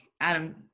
adam